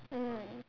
mm